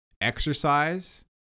exercise